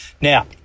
Now